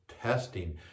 testing